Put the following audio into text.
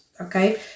okay